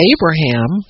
Abraham